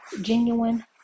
genuine